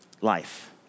life